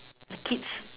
kids